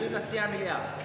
אני מציע מליאה.